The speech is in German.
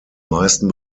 meisten